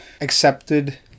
accepted